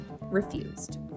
refused